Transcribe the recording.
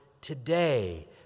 today